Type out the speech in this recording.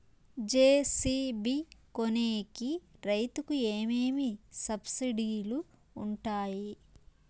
JCB కొనేకి రైతుకు ఏమేమి సబ్సిడి లు వుంటాయి?